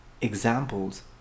examples